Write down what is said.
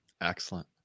Excellent